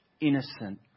innocent